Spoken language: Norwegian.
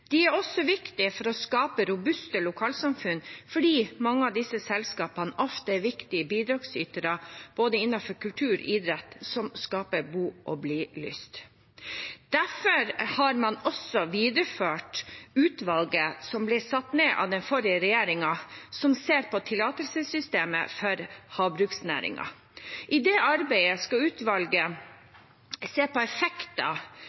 De er også viktige for å skape robuste lokalsamfunn fordi mange av disse selskapene ofte er viktige bidragsytere innenfor både kultur og idrett, som skaper bo- og blilyst. Derfor har man også videreført utvalget, som ble satt ned av den forrige regjeringen, som ser på tillatelsessystemet for havbruksnæringen. I det arbeidet skal utvalget se på effekter